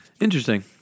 Interesting